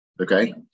Okay